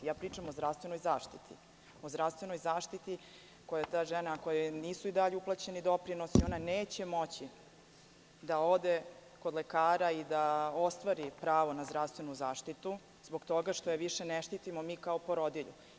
Ja pričam o zdravstvenoj zaštiti, a ta žena, kojoj i dalje nisu uplaćeni doprinosi, neće moći da ode kod lekara i da ostvari pravo na zdravstvenu zaštitu zbog toga što je više ne štitimo kao porodilju.